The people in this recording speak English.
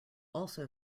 also